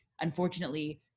unfortunately